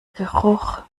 geruch